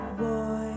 boy